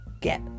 get